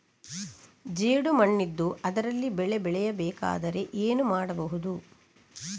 ಜೇಡು ಮಣ್ಣಿದ್ದು ಅದರಲ್ಲಿ ಬೆಳೆ ಬೆಳೆಯಬೇಕಾದರೆ ಏನು ಮಾಡ್ಬಹುದು?